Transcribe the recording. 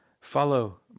follow